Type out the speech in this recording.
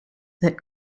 that